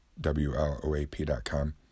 WLOAP.com